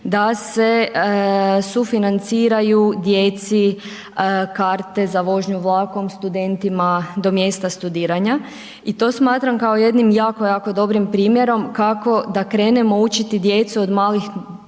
da se sufinanciraju djeci karte za vožnju vlakom, studentima do mjesta studiranja i to smatram kao jednim jako, jako dobrim primjerom kako da krenemo učiti djecu od malih